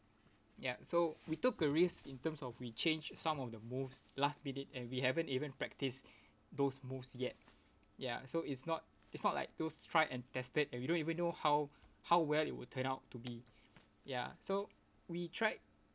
ya so we took a risk in terms of we changed some of the moves last minute and we haven't even practise those moves yet ya so it's not it's not like those tried and tested and we don't even know how how well it would turn out to be ya so we tried